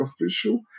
official